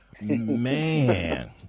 Man